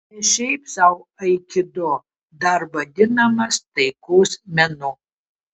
ne šiaip sau aikido dar vadinamas taikos menu